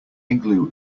igloo